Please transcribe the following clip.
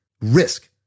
risk